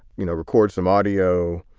you know, record some audio,